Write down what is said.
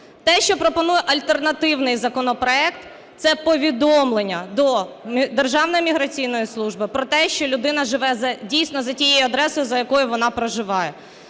Те, що пропонує альтернативний законопроект, це повідомлення до Державної міграційної служби про те, що людина живе дійсно за тією адресою, за якою вона проживає.